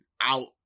out